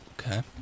Okay